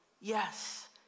Yes